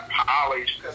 polished